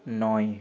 নয়